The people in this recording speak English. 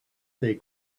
they